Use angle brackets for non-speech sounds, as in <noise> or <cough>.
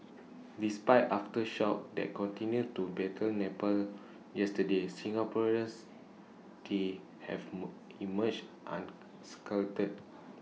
despite aftershocks that continued to batter Nepal yesterday Singaporeans the have <noise> emerged unscathed